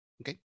Okay